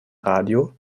radio